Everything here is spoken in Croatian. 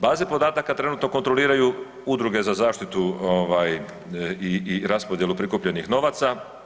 Baze podataka trenutno kontroliraju Udruge za zaštitu ovaj i raspodjelu prikupljenih novaca.